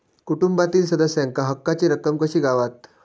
कुटुंबातील सदस्यांका हक्काची रक्कम कशी गावात?